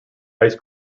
ice